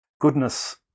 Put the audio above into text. goodness